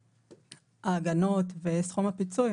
ההגנות וסכום הפיצוי,